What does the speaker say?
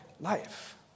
life